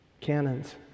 cannons